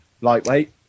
Lightweight